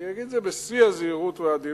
אני אגיד את זה בשיא הזהירות והעדינות,